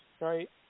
Right